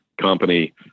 company